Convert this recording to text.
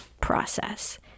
process